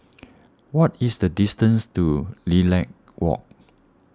what is the distance to Lilac Walk